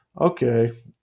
okay